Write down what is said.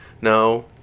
No